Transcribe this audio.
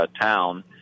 town